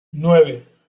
nueve